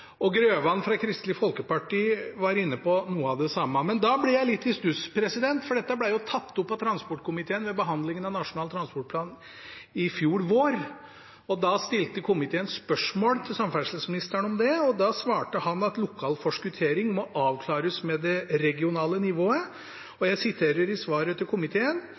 Representanten Grøvan fra Kristelig Folkeparti var inne på noe av det samme. Men da blir jeg litt i stuss, for dette ble tatt opp av transportkomiteen ved behandlingen av Nasjonal transportplan i fjor vår. Da stilte komiteen spørsmål til samferdselsministeren om det, og han svarte at lokal forskuttering må avklares med det regionale nivået. Jeg siterer fra svaret til komiteen: